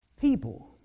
People